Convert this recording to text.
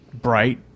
bright